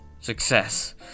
success